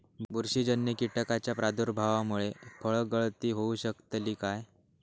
बुरशीजन्य कीटकाच्या प्रादुर्भावामूळे फळगळती होऊ शकतली काय?